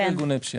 גם.